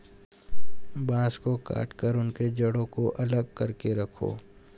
बांस को काटकर उनके जड़ों को अलग करके रखो